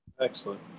Excellent